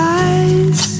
eyes